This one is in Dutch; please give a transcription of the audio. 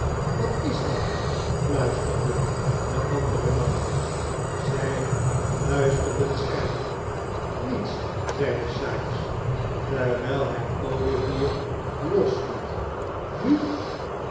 wat is dat fluisterde de andere man zij luisterden scherp niets zeide sikes terwijl hij olivier losliet nu